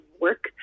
work